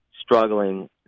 struggling